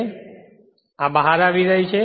અને આ તે બહાર આવી રહી છે